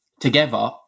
Together